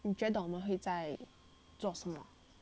你觉得我们会在做什么